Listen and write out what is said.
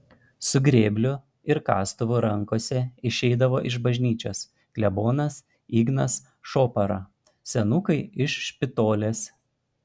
su grėbliu ir kastuvu rankose išeidavo iš bažnyčios klebonas ignas šopara senukai iš špitolės